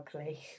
ugly